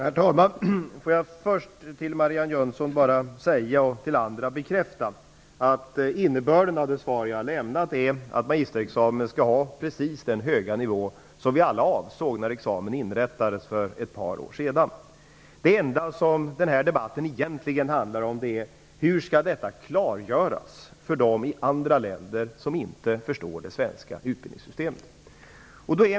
Herr talman! Låt mig först till Marianne Jönsson säga och för andra bekräfta att innebörden av det svar som jag lämnat är att magisterexamen skall ha precis den höga nivå som vi alla avsåg när den infördes för ett par år sedan. Det enda som denna debatt egentligen handlar om är hur detta skall klargöras för dem i andra länder som inte förstår det svenska utbildningssystemet.